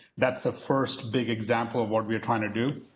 that's the first big example of what we're trying to do.